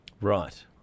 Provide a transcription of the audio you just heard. Right